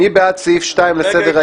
מי בעד סעיף 2 לסדר-היום?